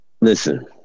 Listen